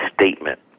statement